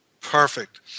Perfect